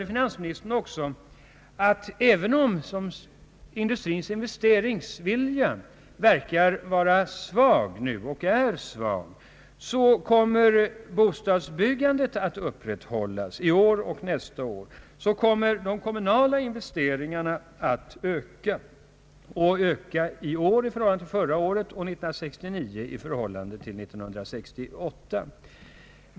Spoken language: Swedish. Finansministern hävdade också att även om industrins investeringsvilja verkar vara svag nu — och är svag — så kommer bostadsbyggandet att upprätthållas i år och nästa år, och de kommunala investeringarna att öka i år i förhållande till förra året samt år 1969 i förhållande till år 1968.